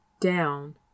down